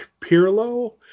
Pirlo